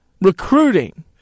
recruiting